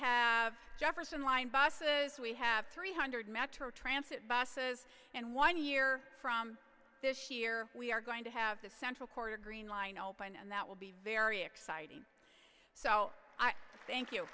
have jefferson line buses we have three hundred metro transit buses and one year from this year we are going to have the central corridor green line open and that will be very exciting so thank you